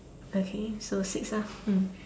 okay so six ah mm